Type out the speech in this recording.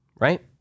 right